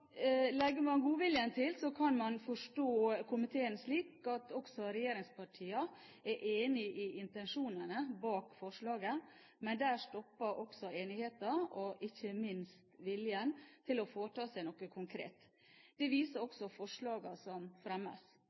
Legger man godviljen til, kan man forstå komiteen slik at også regjeringspartiene er enige om intensjonene bak forslaget, men der stopper også enigheten og ikke minst viljen til å foreta seg noe konkret. Det viser også forslagene som fremmes.